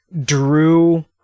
drew